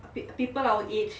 people our age